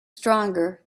stronger